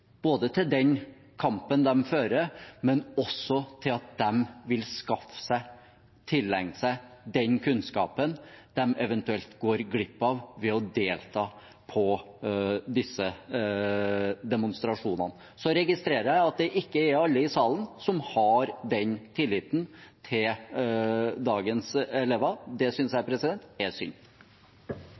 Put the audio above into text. både til den kampen de fører, og til at de vil tilegne seg den kunnskapen de eventuelt går glipp av ved å delta i disse demonstrasjonene. Så registrerer jeg at det ikke er alle i salen som har den tilliten til dagens elever. Det synes jeg er synd.